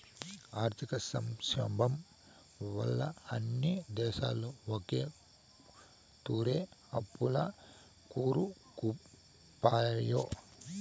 ఆర్థిక సంక్షోబం వల్ల అన్ని దేశాలు ఒకతూరే అప్పుల్ల కూరుకుపాయే